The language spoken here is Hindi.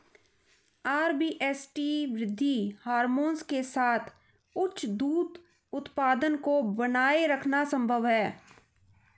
आर.बी.एस.टी वृद्धि हार्मोन के साथ उच्च दूध उत्पादन को बनाए रखना संभव है